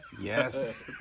Yes